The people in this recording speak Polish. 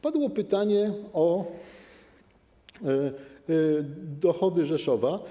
Padło pytanie o dochody Rzeszowa.